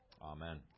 Amen